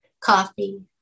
coffee